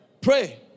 Pray